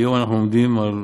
היום אנחנו עומדים על חלום,